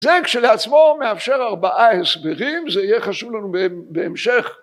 זה, כשלעצמו, מאפשר ארבעה הסברים. זה יהיה חשוב לנו בהמשך...